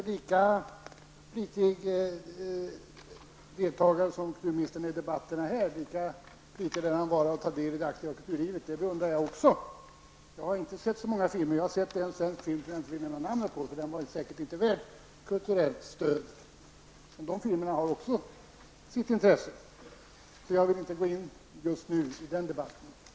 Lika viktigt som han tycker att det är aktivt delta i debatterna tycker kulturministern det är att aktivt delta i kulturlivet. Det beundrar jag. Jag har inte sett så många svenska filmer. Jag har sett en svensk film men jag minns inte namnet på den, och den var säkert inte så kulturell. Sådana filmer har också sitt intresse, men jag vill inte gå in i en sådan debatt nu.